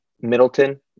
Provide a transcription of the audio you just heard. Middleton